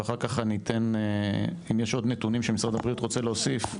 ואחר כך אני אתן אם יש עוד נתונים שמשרד הבריאות רוצה להוסיף,